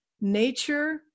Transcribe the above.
nature